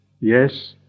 Yes